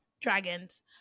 Dragons